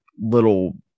little